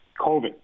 COVID